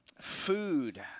food